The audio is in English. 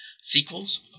sequels